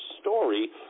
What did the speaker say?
story